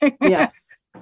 yes